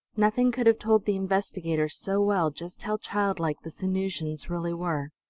nothing could have told the investigators so well just how childlike the sanusians really were.